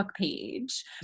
page